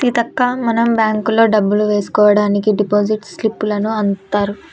సీతక్క మనం బ్యాంకుల్లో డబ్బులు వేసుకోవడానికి డిపాజిట్ స్లిప్పులను అందిత్తారు